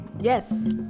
Yes